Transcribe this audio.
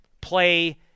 Play